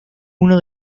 uno